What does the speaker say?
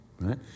right